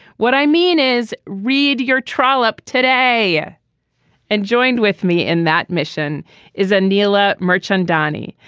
what i mean is read your trial up today yeah and joined with me in that mission is andiola mirchandani.